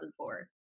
2004